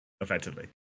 effectively